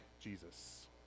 Jesus